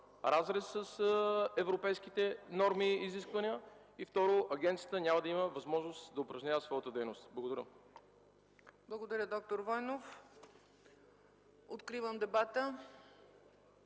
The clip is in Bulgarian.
разрез с европейските норми и изисквания, и второ, агенцията няма да има възможност да упражнява своята дейност. Благодаря. ПРЕДСЕДАТЕЛ ЦЕЦКА ЦАЧЕВА: Благодаря, д-р Войнов. Откривам дебата.